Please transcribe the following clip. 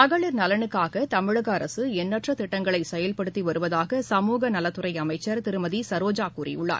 மகளிர் நலனுக்காக தமிழக அரசு எண்ணற்ற திட்டங்களை செயல்படுத்தி வருவதாக சமூகநலத்துறை அமைச்சர் திருமதி சரோஜா கூறியுள்ளார்